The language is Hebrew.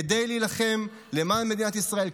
כדי להילחם למען מדינת ישראל,